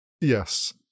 Yes